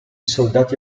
soldati